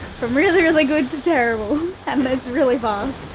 from really, really good to terrible and that's really but